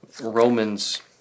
Romans